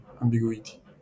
ambiguity